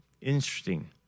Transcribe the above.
Interesting